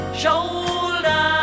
shoulder